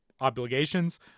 obligations